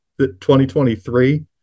2023